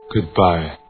Goodbye